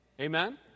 Amen